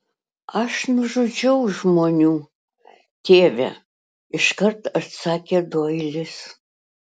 aš nužudžiau žmonių tėve iškart atsakė doilis